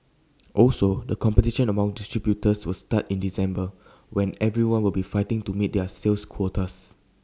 also the competition among distributors will start in December when everyone will be fighting to meet their sales quotas